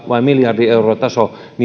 vai miljardin euron taso